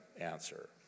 answer